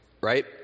Right